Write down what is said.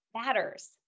matters